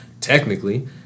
technically